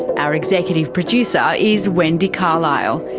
our executive producer is wendy carlisle,